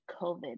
COVID